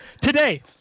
today